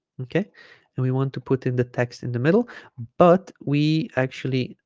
okay and we want to put in the text in the middle but we actually